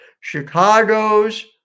Chicago's